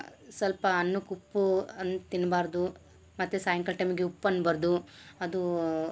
ಸ್ವಲ್ಪ ಅನ್ನುಕ ಉಪ್ಪು ಅನ್ ತಿನ್ಬಾರದು ಮತ್ತು ಸಾಯಂಕಾಲ ಟೈಮಿಗೆ ಉಪ್ಪ್ ಅನ್ಬಾರದು ಅದು